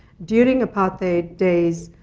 during apartheid days,